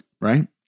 right